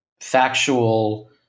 factual